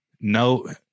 no